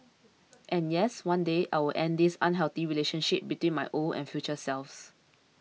and yes one day I will end this unhealthy relationship between my old and future selves